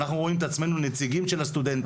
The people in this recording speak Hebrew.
אנחנו רואים את עצמנו נציגים של הסטודנטים.